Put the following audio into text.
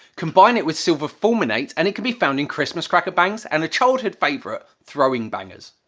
combine it with silver fulminate and it can be found in christmas cracker bangs and a childhood favourite, throwing bangers.